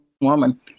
woman